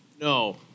No